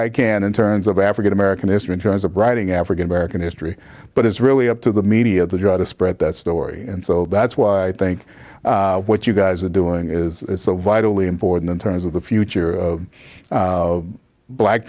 i can in terms of african american history in terms of writing african american history but it's really up to the media to try to spread that story and so that's why i think what you guys are doing is so vitally important in terms of the future of black